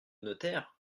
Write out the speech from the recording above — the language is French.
notaire